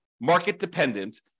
market-dependent